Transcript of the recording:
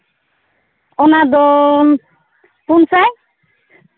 ᱚᱱᱟᱫᱚ ᱯᱩᱱ ᱥᱟᱭ